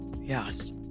Yes